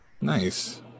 Nice